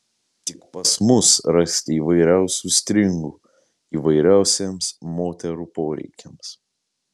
tik pas mus rasite įvairiausių stringų įvairiausiems moterų poreikiams